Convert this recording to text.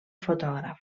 fotògraf